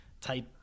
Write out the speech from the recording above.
type